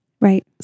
Right